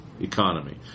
economy